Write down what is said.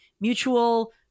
mutual